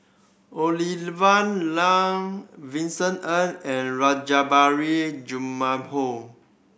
Olivia Lum Vincent Ng and Rajabali Jumabhoy